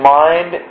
mind